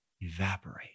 evaporate